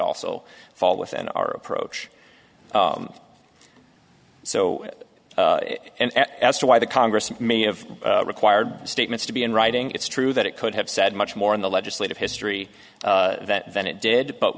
also fall within our approach so and as to why the congress may have required statements to be in writing it's true that it could have said much more in the legislative history than it did but